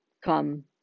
Come